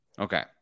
Okay